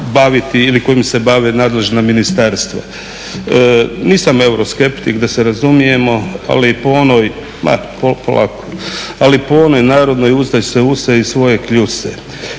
ili kojim se bave nadležna ministarstva. Nisam euroskeptik, da se razumijemo, ali po onoj narodnoj uzdaj se u se i u svoje kljuse,